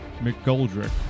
McGoldrick